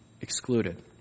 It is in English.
excluded